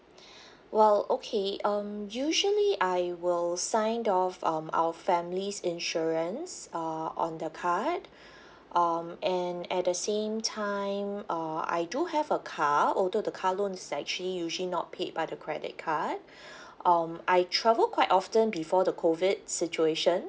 well okay um usually I will sign of um our family's insurance uh on the card um and at the same time uh I do have a car although the car loans is that actually usually not paid by the credit card um I travel quite often before the COVID situation